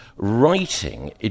writing